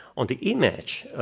on the image,